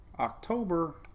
october